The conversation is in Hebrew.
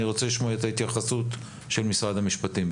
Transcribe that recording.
אני רוצה לשמוע את ההתייחסות של משרד המשפטים.